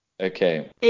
Okay